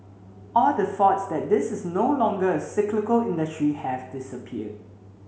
all the thoughts that this is no longer a cyclical industry have disappeared